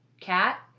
cat